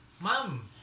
Mom